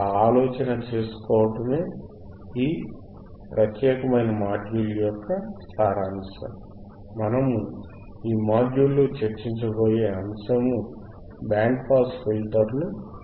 ఆ ఆలోచనచేసుకోవటమే ఈ ప్రత్యేకమైన మాడ్యుల్ యొక్క సారాంశం మనము ఈ మాడ్యుల్ లో చర్చించ బోయే అంశము బ్యాండ్ పాస్ పాస్ ఫిల్టర్ను ఎలా రూపొందించాలి అని